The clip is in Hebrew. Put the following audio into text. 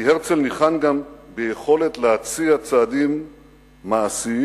כי הרצל ניחן גם ביכולת להציע צעדים מעשיים,